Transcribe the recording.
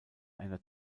einer